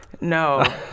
No